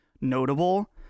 notable